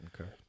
Okay